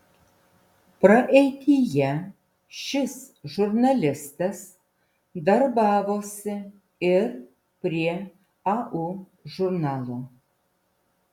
praeityje šis žurnalistas darbavosi ir prie au žurnalo